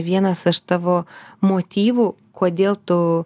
vienas iš tavo motyvų kodėl tu